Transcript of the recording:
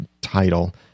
title